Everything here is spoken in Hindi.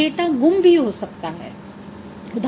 कुछ डेटा गुम भी हो सकता है